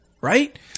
right